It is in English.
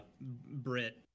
Brit